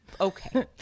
okay